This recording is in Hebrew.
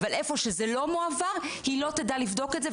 אבל איפה שזה לא מועבר היא לא תדע לבדוק את זה,